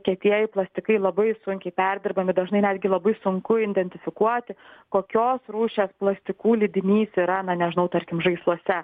kietieji plastikai labai sunkiai perdirbami dažnai netgi labai sunku identifikuoti kokios rūšies plastikų lydinys yra na nežinau tarkim žaisluose